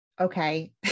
Okay